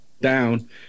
down